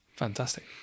Fantastic